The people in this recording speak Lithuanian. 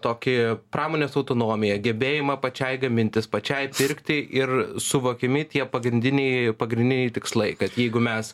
tokį pramonės autonomiją gebėjimą pačiai gamintis pačiai pirkti ir suvokiami tie pagrindiniai pagrindiniai tikslai kad jeigu mes